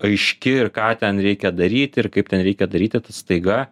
aiški ir ką ten reikia daryt ir kaip ten reikia daryti tu staiga